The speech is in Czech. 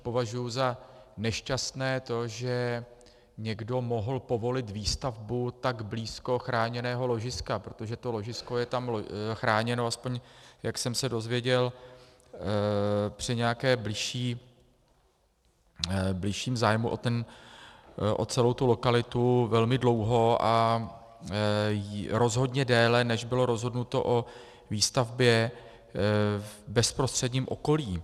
Považuji za nešťastné to, že někdo mohl povolit výstavbu tak blízko chráněného ložiska, protože to ložisko je tam chráněno, jak jsem se dozvěděl při nějakém bližším zájmu o tu lokalitu, velmi dlouho, a rozhodně déle, než bylo rozhodnuto o výstavbě v bezprostředním okolí.